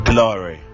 Glory